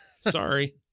Sorry